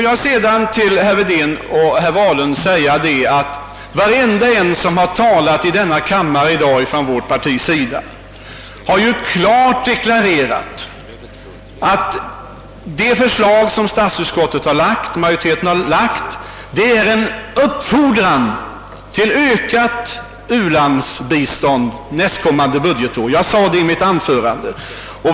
Jag vill till herrar Wedén och Wahlund säga att alla från vårt parti som talat i denna kammare i dag klart har deklarerat att statsutskottets majoritetsförslag är en uppfordran till ökat ulandsbistånd nästa budgetår. Det framhöll jag också i mitt tidigare anförande.